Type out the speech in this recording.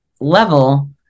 level